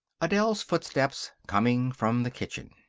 adele's footsteps coming from the kitchen.